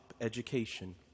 education